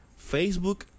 Facebook